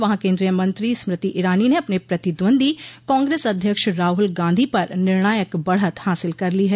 वहां केन्द्रीय मंत्री स्मृति ईरानी ने अपने प्रतिद्वंदी कांग्रेस अध्यक्ष राहुल गांधी पर निर्णायक बढ़त हासिल कर ली है